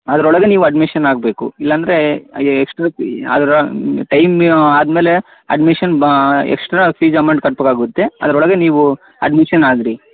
ಅದರೊಳಗೆ ನೀವು ಅಡ್ಮಿಷನ್ ಆಗಬೇಕು ಇಲ್ಲಾಂದರೆ ಎಕ್ಸ್ಟ್ರಾ ಫೀ ಅದರ ಟೈಮ್ ಆದ್ಮೇಲೆ ಅಡ್ಮಿಷನ್ ಎಕ್ಸ್ಟ್ರಾ ಫೀಸ್ ಅಮೌಂಟ್ ಕಟ್ಬೇಕಾಗುತ್ತೆ ಆಗುತ್ತೆ ಅದರೊಳಗೆ ನೀವು ಅಡ್ಮಿಷನ್ ಆಗಿರಿ